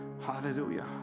Hallelujah